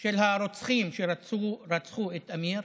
של הרוצחים שרצחו את אמיר